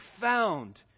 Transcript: found